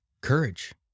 courage